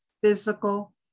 physical